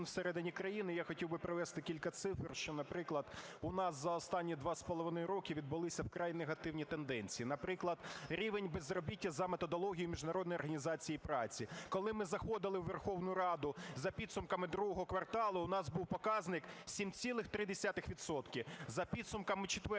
наприклад, у нас за останні 2,5 роки відбулися вкрай негативні тенденції. Наприклад, рівень безробіття за методологією Міжнародної організації праці. Коли ми заходили у Верховну Раду за підсумками ІІ кварталу, у нас був показник 7,3 відсотка. За підсумками IV